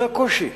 זה הקושי.